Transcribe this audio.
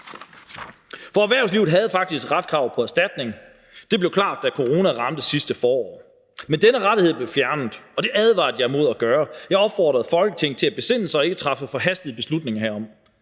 For erhvervslivet havde faktisk retskrav på erstatning. Det blev klart, da corona ramte sidste forår, men denne rettighed blev fjernet, og det advarede jeg imod at gøre. Jeg opfordrede Folketinget til at besinde sig og ikke træffe forhastede beslutninger herom,